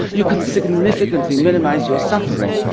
you can significantly minimize your suffering.